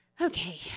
Okay